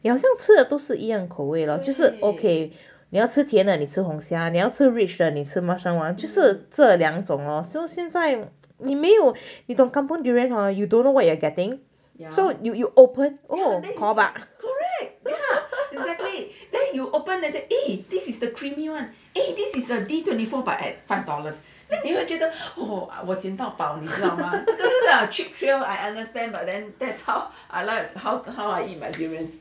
你好像吃的都是一样口味 loh 就是 okay 你要吃甜的你吃红霞你要吃 rich 的你吃猫山王就是这两种 loh so 现在你没有 you know kampung durian hor you don't know what you are getting